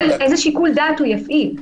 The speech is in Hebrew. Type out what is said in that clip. -- איזה שיקול דעת הוא יפעיל?